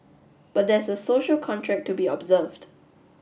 but there's a social contract to be observed